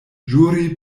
ĵuri